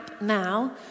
now